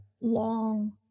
long